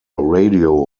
radio